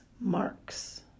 marks